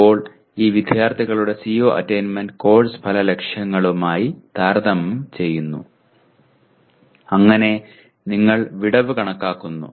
ഇപ്പോൾ ഈ വിദ്യാർത്ഥികളുടെ CO അറ്റയ്ന്മെന്റ് കോഴ്സ് ഫല ലക്ഷ്യങ്ങളുമായി താരതമ്യം ചെയ്യുന്നു അങ്ങനെ നിങ്ങൾ വിടവ് കണക്കാക്കുന്നു